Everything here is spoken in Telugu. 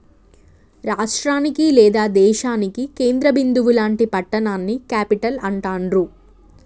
రాష్టానికి లేదా దేశానికి కేంద్ర బిందువు లాంటి పట్టణాన్ని క్యేపిటల్ అంటాండ్రు